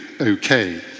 okay